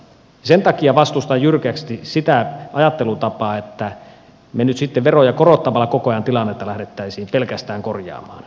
sen takia vastustan jyrkästi sitä ajattelutapaa että me nyt sitten pelkästään veroja korottamalla koko ajan tilannetta lähtisimme korjaamaan